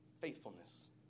Faithfulness